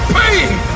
pain